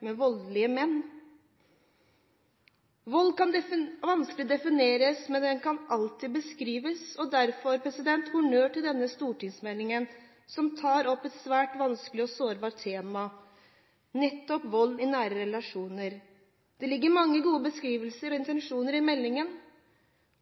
med voldelige menn. Vold kan vanskelig defineres, men den kan alltid beskrives. Derfor; honnør til denne stortingsmeldingen som tar opp et svært vanskelig og sårbart tema, nettopp vold i nære relasjoner. Det ligger mange gode beskrivelser og intensjoner i meldingen,